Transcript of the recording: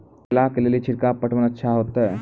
केला के ले ली छिड़काव पटवन अच्छा होते?